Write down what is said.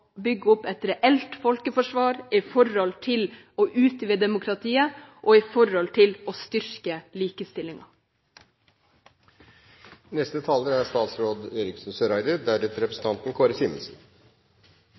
bygge opp et reelt folkeforsvar, med hensyn til å utvide demokratiet og med hensyn til å styrke